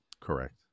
Correct